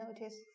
notice